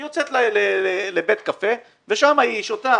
אלא היא יוצאת לבית קפה ושם היא שותה